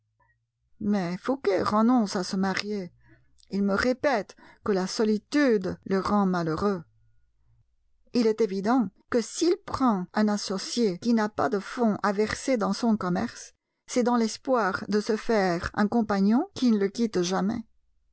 mais fouqué renonce à se marier il me répète que la solitude le rend malheureux il est évident que s'il prend un associé qui n'a pas de fonds à verser dans son commerce c'est dans l'espoir de se faire un compagnon qui ne le quitte jamais